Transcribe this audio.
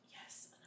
yes